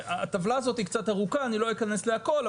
הטבלה הזו היא קצת ארוכה, לא אכנס להכול.